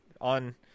on